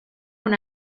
con